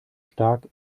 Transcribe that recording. stark